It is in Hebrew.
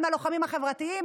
אחד מהלוחמים החברתיים,